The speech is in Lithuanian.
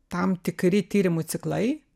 tam tikri tyrimų ciklai